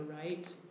right